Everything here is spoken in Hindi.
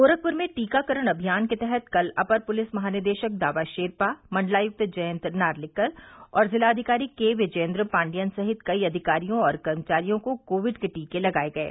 गोरखप्र में टीकाकरण अमियान के तहत कल अपर पुलिस महानिदेशक दावा शेरपा मण्डलायक्त जयंत नार्लिकर और जिलाधिकारी के विजयेन्द्र पाण्डियन सहित कई अधिकारियों और कर्मचारियों को कोविड के टीके लगाये गये